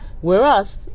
Whereas